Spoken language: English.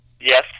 Yes